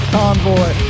Convoy